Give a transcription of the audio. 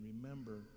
Remember